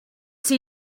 see